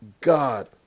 God